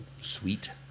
sweet